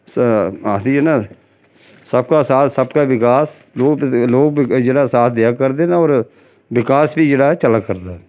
आखदी ऐ ना सबका साथ सबका विकास लोग लोग जेह्ड़ा साथ देआ करदे न होर विकास बी जेह्ड़ा ऐ चला करदा ऐ